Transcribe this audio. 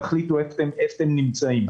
תחליטו איפה אתם נמצאים.